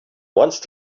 once